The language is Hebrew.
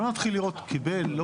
לא נתחיל לראות אם הוא קיבל.